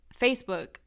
Facebook